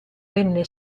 venne